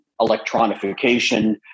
electronification